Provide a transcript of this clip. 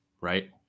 right